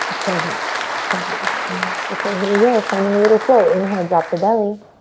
present present experience. okay, here we go, finding a little float. inhale, drop the belly.